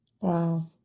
Wow